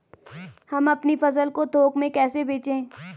हम अपनी फसल को थोक में कैसे बेचें?